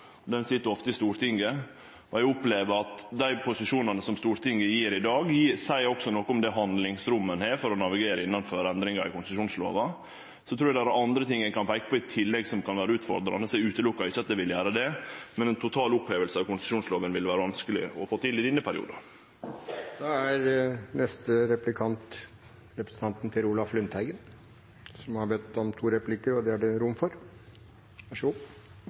sit ofte i Stortinget, og eg opplever at dei posisjonane som Stortinget gjev i dag, også seier noko om det handlingsrommet ein har for å navigere innanfor endringar i konsesjonslova. Eg trur også det er andre ting ein i tillegg kan peike på som kan vere utfordrande. Så eg ser ikkje bort frå at eg vil gjere det, men ei total oppheving av konsesjonslova vil vere vanskeleg å få til i denne perioden. Jeg er glad for at statsråden legger vekk manus. Jeg synes statsråden skal fortsette med det.